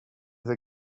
they